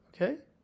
Okay